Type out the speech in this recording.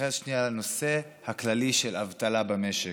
להתייחס שנייה לנושא הכללי של אבטלה במשק.